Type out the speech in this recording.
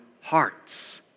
hearts